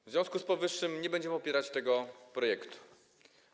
W związku z powyższym nie będziemy popierać tego projektu ustawy.